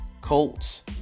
Colts